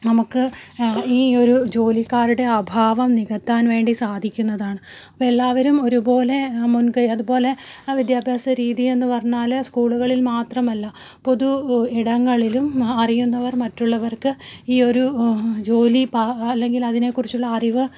നമുക്ക് ഈ ഒരു ജോലിക്കാരുടെ അഭാവം നികത്താൻ വേണ്ടി സാധിക്കുന്നതാണ് അപ്പോൾ എല്ലാവരും ഒരുപോലെ മുൻകൈ അതുപോലെ വിദ്യാഭ്യാസ രീതിയെന്ന് പറഞ്ഞാൽ സ്കൂളുകളിൽ മാത്രമല്ല പൊതു ഇടങ്ങളിലും അറിയുന്നവർ മറ്റുള്ളവർക്ക് ഈ ഒരു ജോലി അല്ലെങ്കിൽ അതിനെക്കുറിച്ചുള്ള അറിവ്